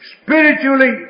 spiritually